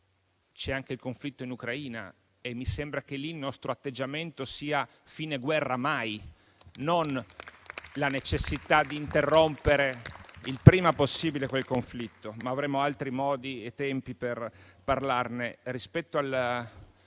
c'è anche il conflitto in Ucraina e mi sembra che lì il nostro atteggiamento sia "fine guerra mai", e non la necessità di interrompere il prima possibile quel conflitto. Avremo però altri modi e tempi per parlarne.